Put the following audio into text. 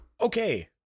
Okay